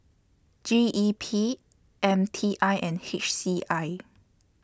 G E P M T I and H C I